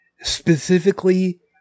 specifically